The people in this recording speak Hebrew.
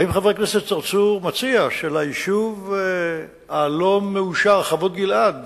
האם חבר הכנסת צרצור מציע שהיישוב הלא-מאושר חוות-גלעד,